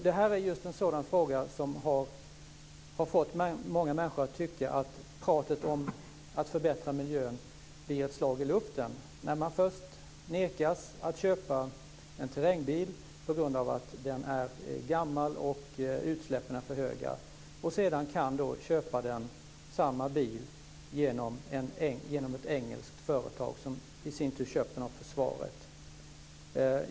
Det här är just en sådan fråga som har fått många människor att tycka att pratet om att förbättra miljön blir ett slag i luften när man t.ex. först nekas att köpa en terrrängbil på grund av att den är gammal och utsläppen är för höga och sedan kan köpa samma bil genom ett engelskt företag som i sin tur köpt den av försvaret.